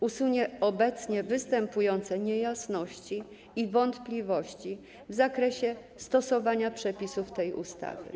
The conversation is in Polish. Usunie obecnie występujące niejasności i wątpliwości w zakresie stosowania przepisów tej ustawy.